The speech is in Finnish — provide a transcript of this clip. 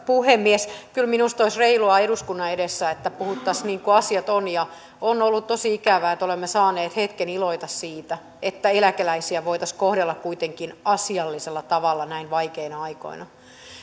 puhemies kyllä minusta olisi reilua eduskunnan edessä että puhuttaisiin niin kuin asiat ovat on ollut tosi ikävää että olemme saaneet hetken iloita siitä että eläkeläisiä voitaisiin kohdella kuitenkin asiallisella tavalla näin vaikeina aikoina